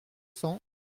cents